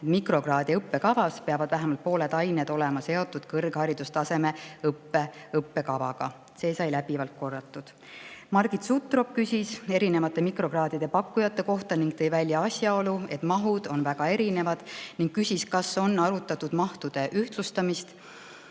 Mikrokraadiõppekavas peavad vähemalt pooled ained olema seotud kõrgharidustaseme õppekavaga. Seda sai läbivalt korratud. Margit Sutrop küsis erinevate mikrokraadide pakkujate kohta. Ta tõi välja asjaolu, et mahud on väga erinevad, ja küsis, kas on arutatud mahtude ühtlustamist.